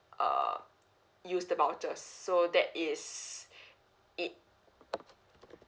uh use the voucher so that is it